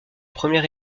première